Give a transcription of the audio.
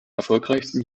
erfolgreichsten